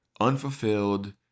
unfulfilled